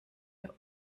ihr